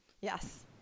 Yes